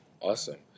Awesome